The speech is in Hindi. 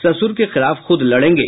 ससुर के खिलाफ खुद लडेंगे